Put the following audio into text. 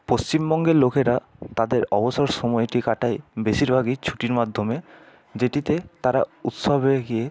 পশ্চিমবঙ্গের লোকেরা তাদের অবসর সময়টি কাটায় বেশিরভাগই ছুটির মাধ্যমে যেটিতে তারা উৎসবে গিয়ে